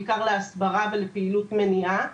בעיקר להסברה ולפעילות מניעה.